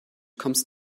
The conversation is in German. kommst